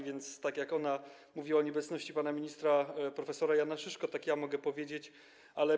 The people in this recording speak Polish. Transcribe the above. Więc tak jak ona mówiła o nieobecności pana ministra prof. Jana Szyszki, tak ja mogę powiedzieć to samo.